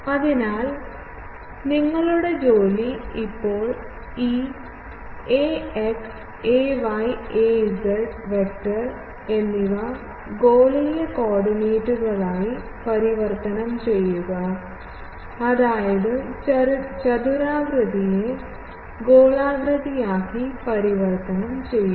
അതിനാൽ നിങ്ങളുടെ ജോലി ഇപ്പോൾ ഈ ax ay az വെക്റ്റർ എന്നിവ ഗോളീയ കോർഡിനേറ്റുകളായി പരിവർത്തനം ചെയ്യുക അതായത് ചതുരാകൃതിയെ ഗോളാകൃതി ആക്കി പരിവർത്തനം ചെയ്യുക